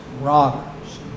robbers